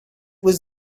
was